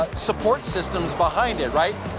support systems behind it. right?